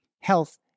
health